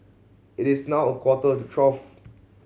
it is now a quarter to twelve